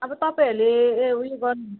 अब तपाईँहरूले यो ऊ यो गर्नु